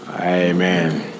Amen